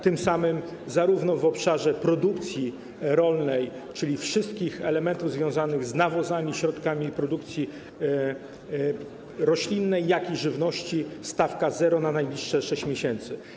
Tym samym zarówno w obszarze produkcji rolnej, czyli wszystkich elementów związanych z nawozami, środkami produkcji roślinnej, jak i żywności będzie stawka 0 na najbliższe 6 miesięcy.